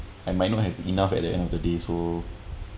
and might not have enough at the end of the day so